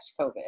COVID